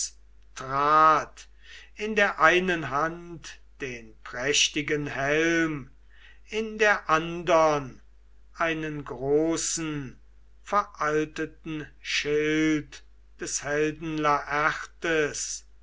in der einen hand den prächtigen helm in der andern einen großen veralteten schild des